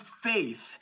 faith